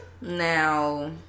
Now